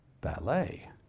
ballet